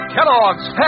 Kellogg's